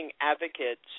advocates